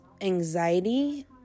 anxiety